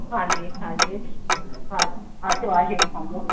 हां जी हां जी हा ऑटो आहे असांजो